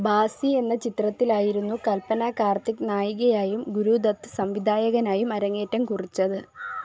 ബാസി എന്ന ചിത്രത്തിലായിരുന്നു കൽപ്പന കാർത്തിക് നായികയായും ഗുരൂ ദത്ത് സംവിധായകനായും അരങ്ങേറ്റം കുറിച്ചത്